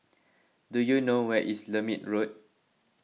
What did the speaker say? do you know where is Lermit Road